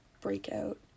breakout